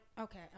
Okay